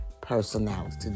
personality